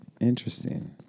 Interesting